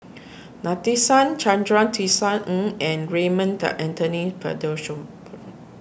Nadasen Chandra Tisa Ng and Raymond Anthony